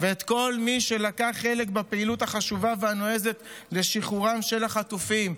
ואת כל מי שלקח חלק בפעילות החשובה והנועזת לשחרורם של החטופים.